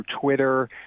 Twitter—